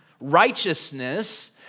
righteousness